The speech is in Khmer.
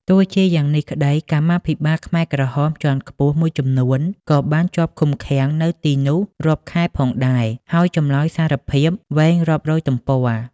ទោះជាយ៉ាងនេះក្តី កម្មាភិបាលខ្មែរក្រហមជាន់ខ្ពស់មួយចំនួនក៏បានជាប់ឃុំឃាំងនៅទីនោះរាប់ខែផងដែរ ហើយចម្លើយសារភាពវែងរាប់រយទំព័រ ។